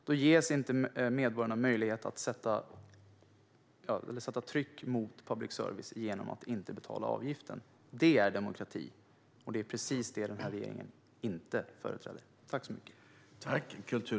Då ges inte medborgarna möjlighet att sätta tryck på public service genom att inte betala avgiften. Det är demokrati, och det är precis detta som denna regering inte företräder.